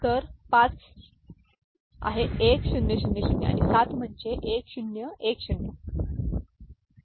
तर 5 आहे 1000 आणि 7 म्हणजे 1010 1000 1010